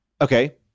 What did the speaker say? okay